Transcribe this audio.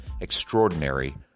Extraordinary